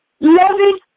loving